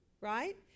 right